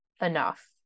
enough